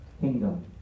kingdom